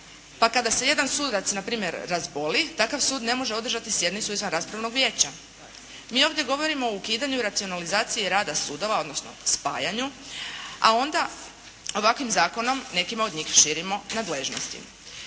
pa kada se jedan sudac na primjer razboli takav sud ne može održati sjednicu izvanraspravnog vijeća. Mi ovdje govorimo o ukidanju racionalizacije rada sudova odnosno spajanju a onda ovakvim zakonom nekima od njih širimo nadležnosti.